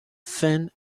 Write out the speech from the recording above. fin